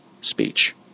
speech